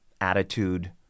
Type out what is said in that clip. attitude